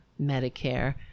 Medicare